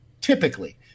typically